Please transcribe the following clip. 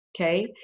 okay